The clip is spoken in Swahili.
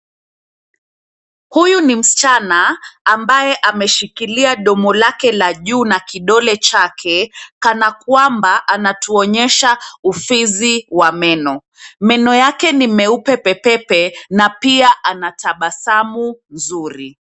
Huyu ni msichana, ambaye ameshikilia domo lake la juu na kidole chake, kana kwamba anatuonyesha ufizi wa meno. Meno yake ni meupe pepepe, na pia ana tabasamu, zuri.